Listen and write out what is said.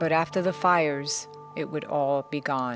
but after the fires it would all be gone